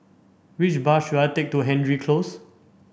which bus should I take to Hendry Close